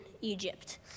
Egypt